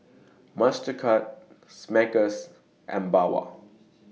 Mastercard Smuckers and Bawang